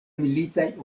militaj